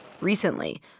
Recently